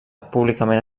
públicament